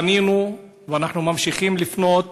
פנינו, ואנחנו ממשיכים לפנות,